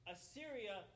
Assyria